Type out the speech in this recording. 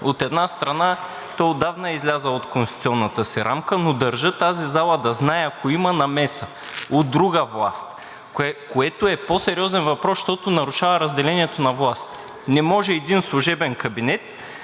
От една страна, той отдавна е излязъл от конституционната си рамка, но държа тази зала да знае, ако има намеса от друга власт, което е по-сериозен въпрос, защото нарушава разделението на властите. Не може един служебен кабинет